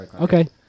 Okay